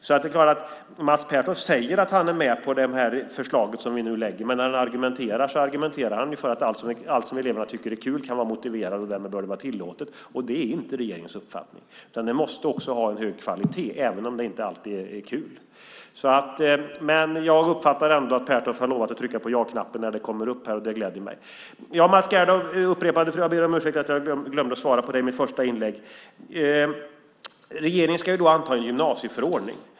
Det är klart att Mats Pertoft säger att han är med på förslaget som vi nu lägger, men när han argumenterar gör han det för att allt som eleverna tycker är kul kan vara motiverat och därmed bör vara tillåtet, och det är inte regeringens uppfattning. Det måste också ha en hög kvalitet även om det inte alltid är kul. Men jag uppfattar ändå att Pertoft har lovat att trycka på ja-knappen när det kommer upp här, och det gläder mig. Mats Gerdau upprepar frågan. Jag ber om ursäkt för att jag glömde att svara på den i mitt första inlägg. Regeringen ska anta en gymnasieförordning.